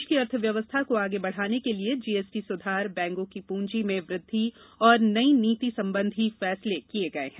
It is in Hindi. देश की अर्थव्यवस्था को आगे बढ़ाने के लिए जीएसटी सुधार बैंकों की प्रंजी में वृद्धि और कई नीति संबंधी फैसले किये गये हैं